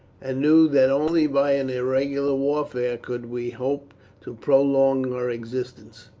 and knew that only by an irregular warfare could we hope to prolong our existence.